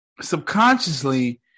subconsciously